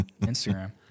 Instagram